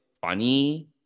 funny